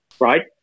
right